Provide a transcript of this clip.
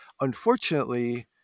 Unfortunately